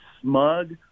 smug